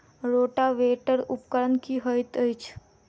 Rotavator उपकरण की हएत अछि?